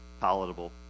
palatable